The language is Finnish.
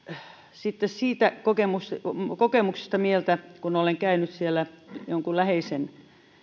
sitten siitä kokemuksesta mieltä kun olen käynyt siellä jonkun läheisen